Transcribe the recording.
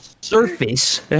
surface